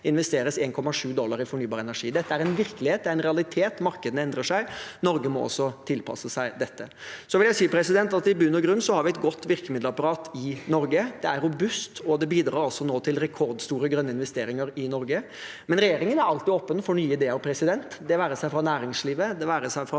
investeres 1,7 dollar i fornybar energi. Dette er en virkelighet, det er en realitet: Markedene endrer seg, og Norge må tilpasse seg dette. Så vil jeg si at vi i bunn og grunn har et godt virkemiddelapparat i Norge. Det er robust og bidrar nå til rekordstore grønne investeringer i Norge. Men regjeringen er alltid åpen for nye ideer, det være seg fra næringslivet, fagbevegelsen,